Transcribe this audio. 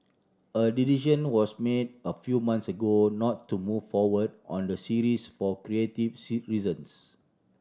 a decision was made a few months ago not to move forward on the series for creative C reasons